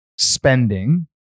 spending